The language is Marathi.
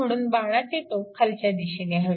म्हणून बाणाचे टोक खालच्या दिशेने हवे